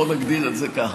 בוא נגדיר את זה ככה.